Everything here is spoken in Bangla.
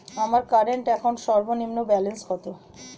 আমার কারেন্ট অ্যাকাউন্ট সর্বনিম্ন ব্যালেন্স কত?